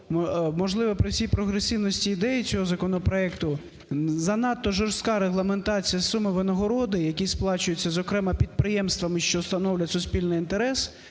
можливо, при всій прогресивності ідей цього законопроекту, занадто жорстка регламентація сум винагороди, які сплачуються зокрема підприємствами, що становлять суспільних інтерес,